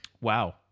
Wow